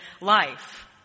life